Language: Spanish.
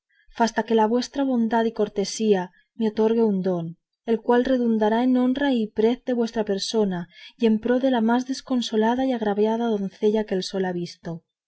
fasta que la vuestra bondad y cortesía me otorgue un don el cual redundará en honra y prez de vuestra persona y en pro de la más desconsolada y agraviada doncella que el sol ha visto